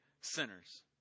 sinners